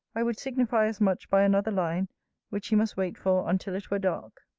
i would signify as much by another line which he must wait for until it were dark